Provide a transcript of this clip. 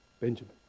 Benjamin